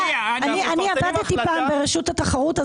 אני עבדתי פעם ברשות התחרות,